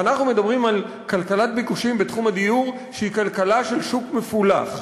ואנחנו מדברים על כלכלת ביקושים בתחום הדיור שהיא כלכלה של שוק מפולח: